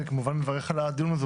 אני כמובן מברך על הדיון הזה,